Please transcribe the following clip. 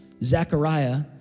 Zechariah